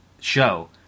show